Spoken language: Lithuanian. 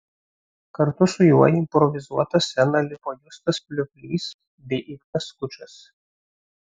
kartu su juo į improvizuotą sceną lipo justas plioplys bei ignas skučas